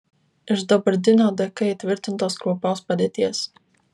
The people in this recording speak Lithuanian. iš dabartinio dk įtvirtintos kraupios padėties